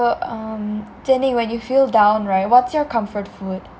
yah that's true so um Jian-Ning when you feel down right what's your comfort